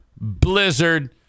blizzard